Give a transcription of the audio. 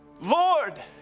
Lord